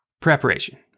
preparation